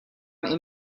این